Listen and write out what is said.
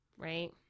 Right